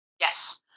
Yes